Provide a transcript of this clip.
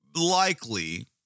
likely